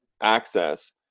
access